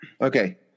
Okay